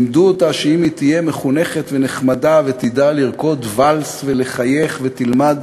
לימדו אותה שאם היא תהיה מחונכת ונחמדה ותדע לרקוד ואלס ולחייך ותלמד